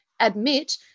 admit